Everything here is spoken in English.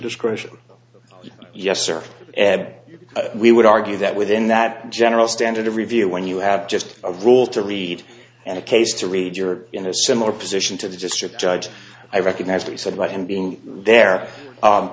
discretion yes sir ed we would argue that within that general standard of review when you have just a rule to read and a case to read you are in a similar position to the district judge i recognize the said about him being there